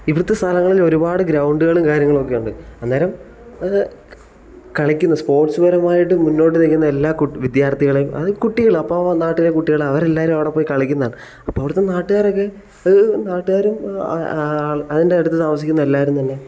ഇവിടുത്തെ സ്ഥലങ്ങളിൽ ഒരുപാട് ഗ്രൗണ്ടുകളും കാര്യങ്ങളൊക്കെയുണ്ട് അന്നേരം അത് കളിക്കുന്ന സ്പോർട്സ് പരമായിട്ട് മുന്നോട്ട് നിൽക്കുന്ന എല്ലാ കുട്ട് വിദ്യാർത്ഥികളെയും അതായത് കുട്ടികൾ അപ്പോൾ നാട്ടിലെ കുട്ടികൾ അവരെല്ലാവരും അവിടെ പോയി കളിക്കുന്നതാണ് അപ്പോൾ അവിടുത്തെ നാട്ടുകാരൊക്കെ നാട്ടുകാരും അ ആൾ അതിൻ്റെ അടുത്ത് താമസിക്കുന്ന എല്ലാവരും തന്നെ